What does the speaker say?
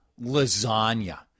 lasagna